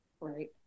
right